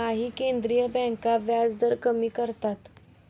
काही केंद्रीय बँका व्याजदर कमी करतात